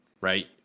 right